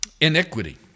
Iniquity